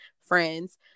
friends